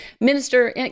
Minister